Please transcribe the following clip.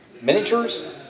miniatures